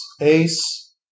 ace